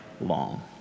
long